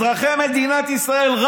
אזרחי מדינת ישראל,